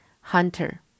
Hunter